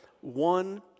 one